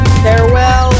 farewell